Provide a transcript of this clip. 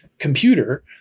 Computer